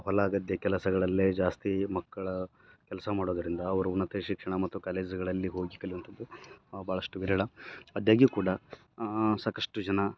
ಹೊಲ ಗದ್ದೆ ಕೆಲಸಗಳಲ್ಲೇ ಜಾಸ್ತಿ ಮಕ್ಕಳು ಕೆಲಸ ಮಾಡೋದರಿಂದ ಅವ್ರು ಉನ್ನತ ಶಿಕ್ಷಣ ಮತ್ತು ಕಾಲೇಜುಗಳಲ್ಲಿ ಹೋಗಿ ಕಲಿವಂಥದ್ದು ಭಾಳಷ್ಟು ವಿರಳ ಅದ್ಯಗಿ ಕೂಡ ಸಾಕಷ್ಟು ಜನ